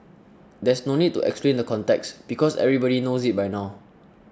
there's no need to explain the context because everybody knows it by now